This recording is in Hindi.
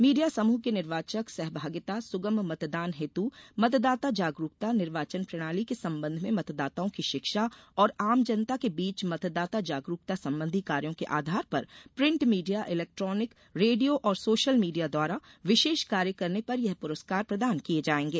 मीडिया समूह की निर्वाचक सहभागिता सुगम मतदान हेतु मतदाता जागरूकता निर्वाचन प्रणाली के संबंध में मतदाताओं की शिक्षा और आम जनता के बीच मतदाता जागरूकता संबंधी कार्यो के आधार पर प्रिन्ट मीडिया इलेक्ट्रानिक रेडियो और सोशल मीडिया द्वारा विशेष कार्य करने पर यह पुरस्कार प्रदान किये जायेंगे